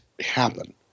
happen